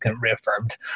reaffirmed